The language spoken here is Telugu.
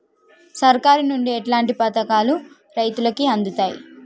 సర్కారు నుండి ఎట్లాంటి పథకాలు రైతులకి అందుతయ్?